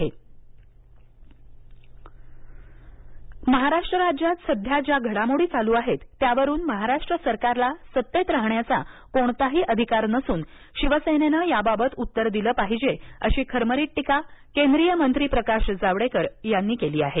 जावडेकर महाराष्ट्र राज्यात सध्या ज्या घडामोडी चालू आहेत त्यावरून महाराष्ट्र सरकारला सत्तेत राहण्याचा कोणताही अधिकार नसून शिवसेनेन याबाबत उत्तर दिलं पाहिजे अशी खरमरीत टीका केंद्रीय मंत्री प्रकाश जावडेकर यांनी केली आहे